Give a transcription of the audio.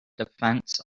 defense